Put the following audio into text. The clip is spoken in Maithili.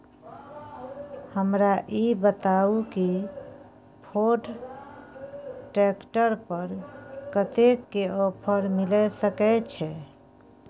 हमरा ई बताउ कि फोर्ड ट्रैक्टर पर कतेक के ऑफर मिलय सके छै?